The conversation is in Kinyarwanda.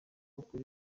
ukuri